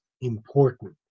important